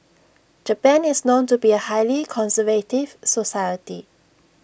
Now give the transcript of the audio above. Japan is known to be A highly conservative society